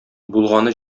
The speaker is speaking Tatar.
булганы